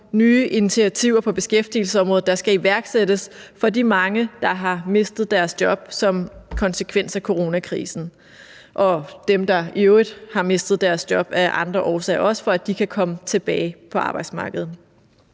nye initiativer på beskæftigelsesområdet, der skal iværksættes for de mange, der har mistet deres job som konsekvens af coronakrisen – og dem, der i øvrigt har mistet deres job af andre årsager også – så de kan komme tilbage på arbejdsmarkedet.